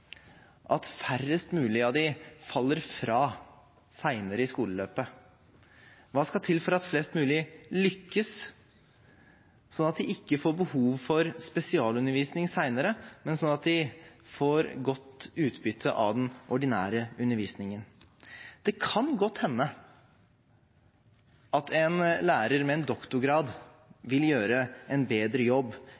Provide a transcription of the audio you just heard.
at færrest mulig av dem faller fra senere i skoleløpet? Hva skal til for at flest mulig lykkes, sånn at de ikke får behov for spesialundervisning senere, men får godt utbytte av den ordinære undervisningen? Det kan godt hende at en lærer med en doktorgrad